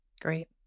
Great